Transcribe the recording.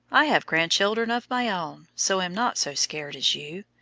i have grandchildren of my own, so am not so scared as you.